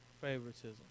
favoritism